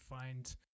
find